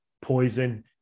poison